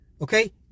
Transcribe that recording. Okay